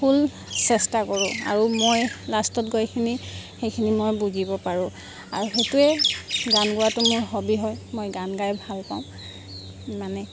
ফুল চেষ্টা কৰোঁ আৰু মই লাষ্টত গৈ পিনি সেইখিনি মই বুজিব পাৰোঁ আৰু সেইটোৱে গান গোৱাটো মোৰ হবি হয় মই গান গাই ভাল পাওঁ মানে